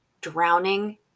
drowning